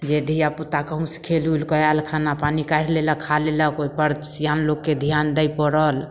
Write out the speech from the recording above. जे धिआपुता कहुँसँ खेलिउलिके आएल खाना पानी काढ़ि लेलक खा लेलक ओहिपर सिआन लोकके धिआन दै पड़ल